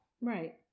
Right